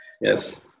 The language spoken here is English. Yes